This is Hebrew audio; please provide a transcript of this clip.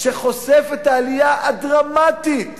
שחושף את העלייה הדרמטית